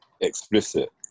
explicit